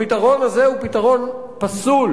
הפתרון הזה הוא פתרון פסול,